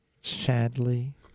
Sadly